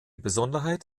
besonderheit